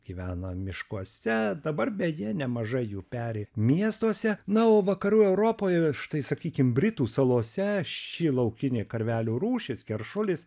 gyvena miškuose dabar beje nemažai jų peri miestuose na o vakarų europoj štai sakykim britų salose ši laukinė karvelių rūšis keršulis